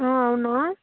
అవును